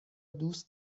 دوست